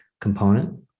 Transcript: component